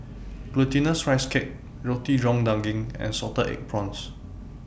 Glutinous Rice Cake Roti John Daging and Salted Egg Prawns